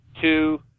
two